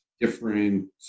Different